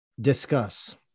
Discuss